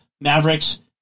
mavericks